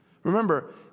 Remember